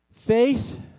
Faith